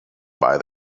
buy